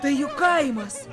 tai juk kaimas